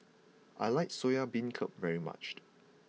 I like soya beancurd very much